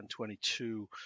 2022